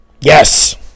Yes